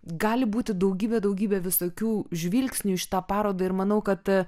gali būti daugybė daugybė visokių žvilgsnių į šitą parodą ir manau kad